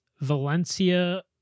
Valencia